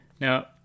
Now